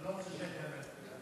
אתה לא רוצה שאני אענה לך על זה.